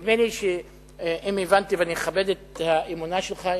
אם הבנתי אותך ואני מכבד את האמונה שלך,